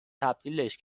تبدیلش